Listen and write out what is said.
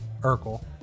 Urkel